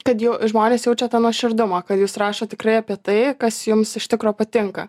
kad jo žmonės jaučia tą nuoširdumą kad jūs rašot tikrai apie tai kas jums iš tikro patinka